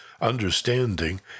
understanding